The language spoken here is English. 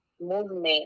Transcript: movement